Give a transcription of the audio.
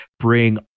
bring